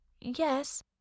Yes